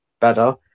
better